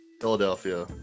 philadelphia